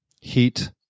Heat